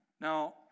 Now